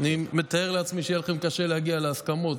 אני מתאר לעצמי שיהיה לכם קשה להגיע להסכמות,